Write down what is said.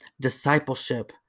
discipleship